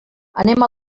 anem